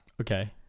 okay